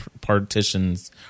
partitions